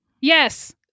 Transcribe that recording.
Yes